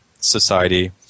society